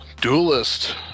Duelist